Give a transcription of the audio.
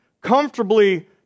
comfortably